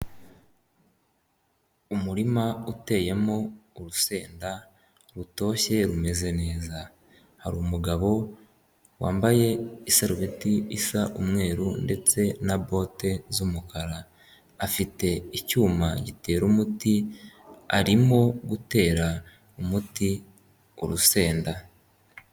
Umurima uteyemo urusenda rutoshye rumeze neza hari mugabo wambaye iserubeti isa umweru ndetse na bote z'umukara afite icyuma gitera umuti arimo gutera umuti urusenda.